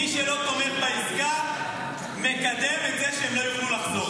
מי שלא תומך בעסקה מקדם את זה שהם לא יוכלו לחזור.